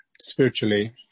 spiritually